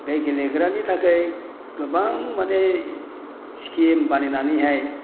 बे गेलेग्रानि थाखाय गोबां माने स्किम बानायनानैहाय